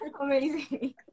Amazing